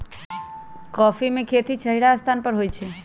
coffee में खेती छहिरा स्थान पर होइ छइ